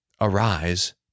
Arise